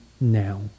now